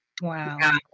Wow